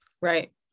Right